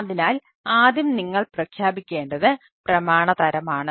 അതിനാൽ ആദ്യം നിങ്ങൾ പ്രഖ്യാപിക്കേണ്ടത് പ്രമാണ തരമാണ്